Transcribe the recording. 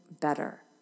better